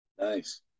Nice